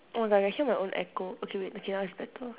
oh my god I can hear my own echo okay wait okay now it's better